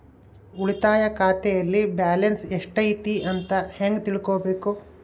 ಉಳಿತಾಯ ಖಾತೆಯಲ್ಲಿ ಬ್ಯಾಲೆನ್ಸ್ ಎಷ್ಟೈತಿ ಅಂತ ಹೆಂಗ ತಿಳ್ಕೊಬೇಕು?